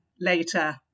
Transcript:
later